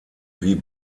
wie